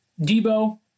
Debo